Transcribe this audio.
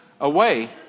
away